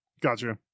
Gotcha